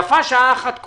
ויפה שעת אחת קודם.